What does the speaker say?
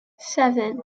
seven